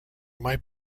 might